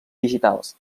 digitals